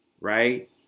right